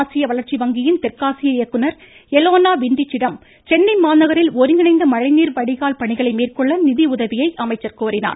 ஆசிய வளர்ச்சி வங்கியின் தெற்காசிய இயக்குநர் எலோனா வின்டிச்சிடம் சென்னை மாநகரில் ஒருங்கிணைந்த மழைநீர் வடிகால் பணிகளை மேற்கொள்ள நிதியுதவியை அமைச்சர் கோரினார்